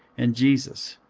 and jesus,